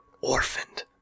orphaned